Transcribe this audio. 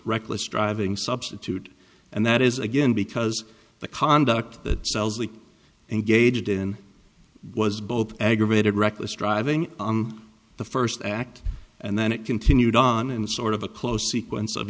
reckless driving substitute and that is again because the conduct the cells we engaged in was both aggravated reckless driving the first act and then it continued on and sort of a close sequence of